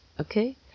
okay